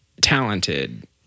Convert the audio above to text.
talented